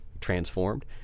transformed